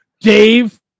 dave